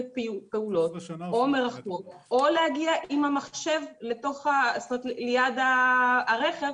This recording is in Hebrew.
פעולות או מרחוק או להגיע עם המחשב ליד הרכב,